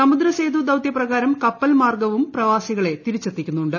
സമുദ്ര സേതു ദൌത്യ പ്രകാരം കപ്പൽ മാർഗ്ഗവും പ്രവാസികളെ തിരിച്ചെത്തിക്കുന്നുണ്ട്